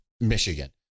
michigan